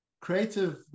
creative